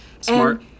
Smart